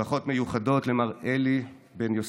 ברכות מיוחדות למר אלי בן-יוסף,